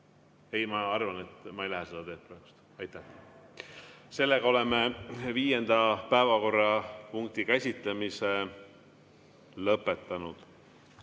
Ei, ma arvan, et ma ei lähe seda teed praegust. Aitäh! Sellega oleme viienda päevakorrapunkti käsitlemise lõpetanud.